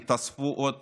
התווספו עוד